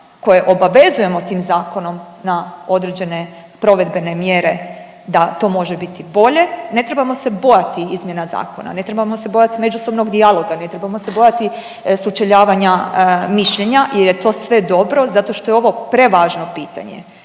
koje obavezujemo tim zakonom na određene provedbene mjere da to može biti bolje ne trebamo se bojati izmjena zakona, ne trebamo se bojati međusobnog dijaloga, ne trebamo se bojati sučeljavanja mišljenja jer je to sve dobro zato što je ovo prevažno pitanje.